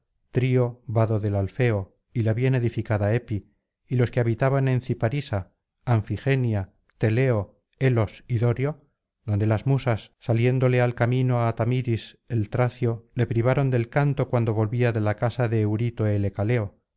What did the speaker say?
trío vado del alfeo y la bien edificada epi y los que habitaban en ciparisa anfigenia pteleo helos y dorio donde las musas saliéndole al camino á tamiris el tracio le privaron del canto cuando volvía de la casa de eurito el ecaleo